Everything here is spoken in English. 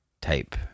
type